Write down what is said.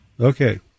Okay